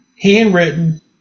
handwritten